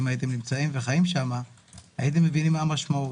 אם הייתם חיים שם הייתם מבינים מה המשמעות.